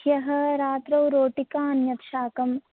ह्यः रात्रौ रोटिका अन्यत् शाकम्